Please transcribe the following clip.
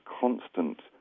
constant